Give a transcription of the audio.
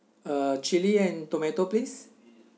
uh chili and tomato please